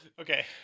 Okay